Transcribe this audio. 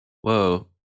whoa